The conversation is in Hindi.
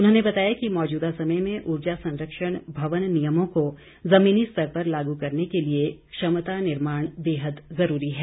उन्होंने बताया कि मौजूदा समय में ऊर्जा संरक्षण भवन नियमों को जमीनी स्तर पर लागू करने के लिए क्षमता निर्माण बेहद जरूरी है